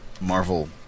Marvel